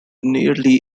nearly